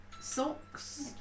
socks